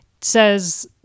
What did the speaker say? says